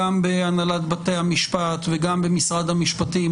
גם בהנהלת בתי המשפט וגם במשרד המשפטים,